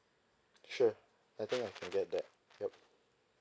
sure I think I can get that ya